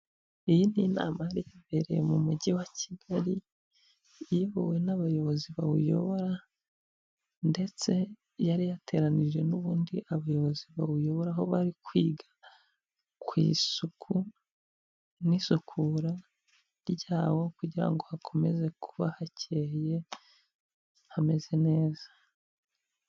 Iyi ni inama yari ibereye mu mujyi wa Kigali iyobowe n'abayobozi bawuyobora ndetse yari yateranije n'ubundi abayobozi bawuyobora, aho bari kwiga ku isuku n'isukura ryawo kugira ngo hakomeze kuba hakeye hameze neza.